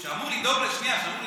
הוא אמור לדאוג לאזרחים.